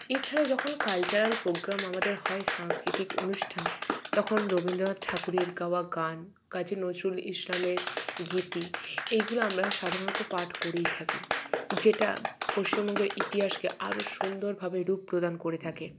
এছাড়া যখন cultural program আমাদের হয় সাংস্কৃতিক অনুষ্ঠান তখন রবীন্দ্রনাথ ঠাকুরের গাওয়া গান কাজি নজরুল ইসলামের গীতি এগুলো আমরা সাধারণত পাঠ করেই থাকি যেটা পশ্চিমবঙ্গের ইতিহাসকে আরও সুন্দরভাবে রূপ প্রদান করে থাকে